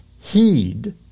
heed